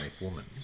Woman